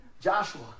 Joshua